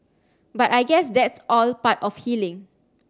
but I guess that's all part of healing